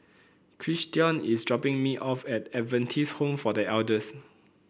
Christion is dropping me off at Adventist Home for The Elders